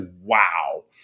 Wow